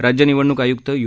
राज्य निवडणूक आयुक्त यू